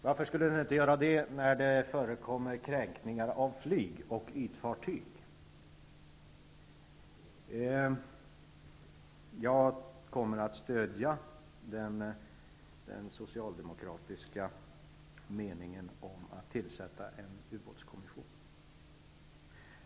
Varför skulle det inte göra det när det förekommer kränkningar av flyg och ytfartyg? Jag kommer att stödja den socialdemokratiska meningen om att man skall tillsätta en ubåtskommission.